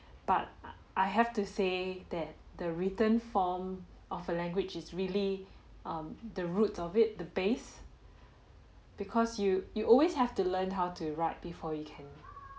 but I have to say that the written form of a language is really um the roots of it the base because you you always have to learn how to ride before you can